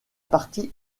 partie